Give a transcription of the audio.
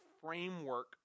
framework